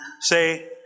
say